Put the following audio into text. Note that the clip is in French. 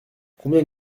combien